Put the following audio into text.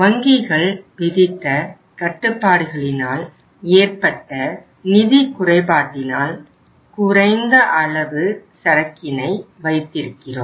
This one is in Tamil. வங்கிகள் விதித்த கட்டுப்பாடுகளினால் ஏற்பட்ட நிதி குறைபாட்டினால் குறைந்த அளவு சரக்கினை வைத்திருக்கிறோம்